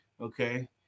Okay